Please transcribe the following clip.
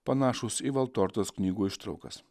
panašūs į valtortos knygų ištraukas